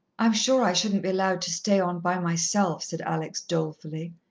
i'm sure i shouldn't be allowed to stay on by myself, said alex dolefully.